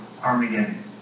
Armageddon